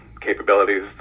capabilities